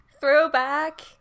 Throwback